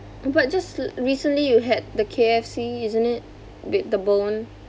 but just re~ recently you had the K_F_C isn't it with the bone